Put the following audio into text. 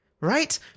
right